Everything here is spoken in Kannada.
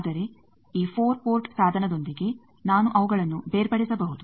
ಆದರೆ ಈ 4 ಪೋರ್ಟ್ ಸಾಧನದೊಂದಿಗೆ ನಾನು ಅವುಗಳನ್ನು ಬೇರ್ಪಡಿಸಬಹುದು